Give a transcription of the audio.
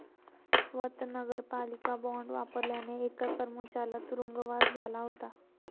स्वत नगरपालिका बॉंड वापरल्याने एका कर्मचाऱ्याला तुरुंगवास झाला होता